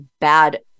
bad